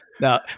Now